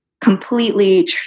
completely